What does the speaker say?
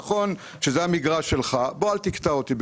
נכון שזה המגרש שלך בוא ואל תקטע אותי,